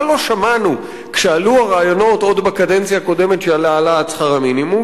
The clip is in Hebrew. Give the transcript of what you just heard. מה לא שמענו עוד בקדנציה הקודמת כשעלו הרעיונות על העלאת שכר המינימום.